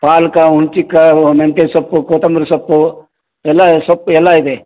ಪಾಲಕ್ ಉಣ್ಚಿಕಾ ಮೆಂತ್ಯೆ ಸೊಪ್ಪು ಕೊತ್ತಂಬ್ರಿ ಸೊಪ್ಪು ಎಲ್ಲ ಸೊಪ್ಪು ಎಲ್ಲ ಇದೆ